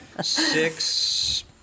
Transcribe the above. six